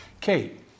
Kate